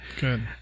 Good